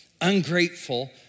Ungrateful